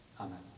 Amen